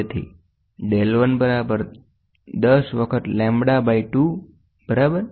તેથી del 1 બરાબર 10 વખત લેમ્બડા બાઈ 2 બરાબર